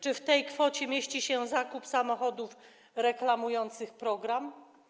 Czy w tej kwocie mieści się zakup samochodów reklamujących program?